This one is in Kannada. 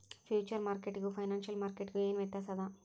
ಫ್ಯೂಚರ್ ಮಾರ್ಕೆಟಿಗೂ ಫೈನಾನ್ಸಿಯಲ್ ಮಾರ್ಕೆಟಿಗೂ ಏನ್ ವ್ಯತ್ಯಾಸದ?